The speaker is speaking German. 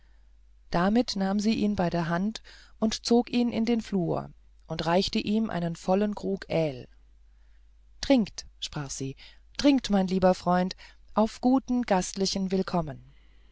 damit nahm sie ihn bei der hand zog ihn in den flur und reichte ihm einen vollen krug aehl trinkt sprach sie trinkt mein lieber freund auf guten gastlichen willkommen